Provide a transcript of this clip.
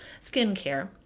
skincare